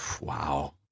Wow